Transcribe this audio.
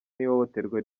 n’ihohoterwa